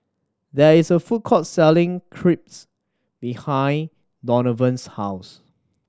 there is a food court selling Crepe behind Donavon's house